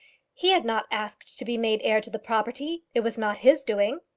he had not asked to be made heir to the property! it was not his doing.